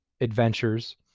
adventures